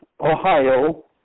Ohio